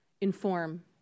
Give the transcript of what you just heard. inform